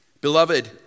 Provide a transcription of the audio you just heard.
Beloved